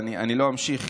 אני לא אמשיך,